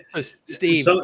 Steve